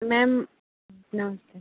ma'am नमस्ते